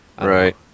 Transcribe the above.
Right